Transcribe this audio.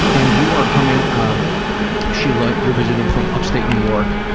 and you are coming, um sheila, you're visiting from upstate new york,